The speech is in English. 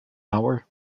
hour